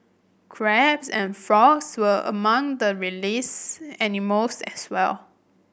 crabs and frogs were among the released animals as well